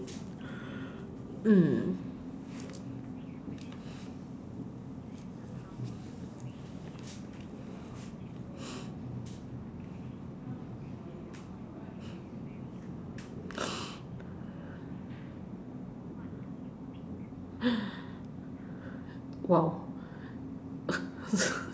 mm !wow!